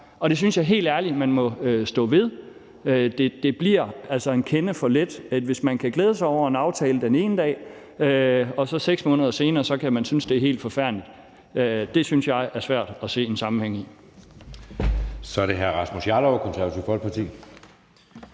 og det synes jeg helt ærligt at man må stå ved. Det bliver altså en kende for let, hvis man kan glæde sig over en aftale den ene dag og man så 6 måneder senere kan synes, det er helt forfærdeligt. Det synes jeg er svært at se en sammenhæng i.